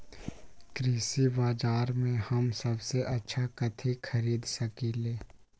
कृषि बाजर में हम सबसे अच्छा कथि खरीद सकींले?